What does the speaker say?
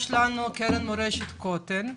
יש קרן מורשת כותל,